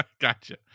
gotcha